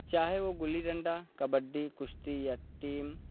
چاہے وہ گلی ڈنڈا کبڈی کشتی یا ٹیم